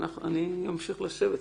נמשיך לשבת.